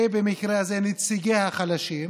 ובמקרה הזה נציגי החלשים,